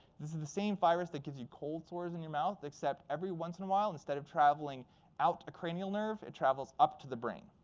this is the same virus that gives you cold sores in your mouth, except every once in awhile, instead of traveling out a cranial nerve, it travels up to the brain.